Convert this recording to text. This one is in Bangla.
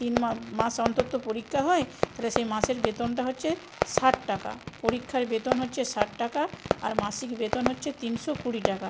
তিন মাস অন্তর তো পরীক্ষা হয় তাহলে সে মাসের বেতনটা হচ্ছে ষাট টাকা পরীক্ষার বেতন হচ্ছে ষাট টাকা আর মাসিক বেতন হচ্ছে তিনশো কুড়ি টাকা